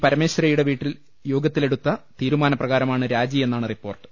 പരമേശ്വരയുടെ വീട്ടിൽ യോഗത്തിലെടുത്ത തീരുമാന പ്രകാരമാണ് രാജിയെന്നാണ് റിപ്പോർട്ട്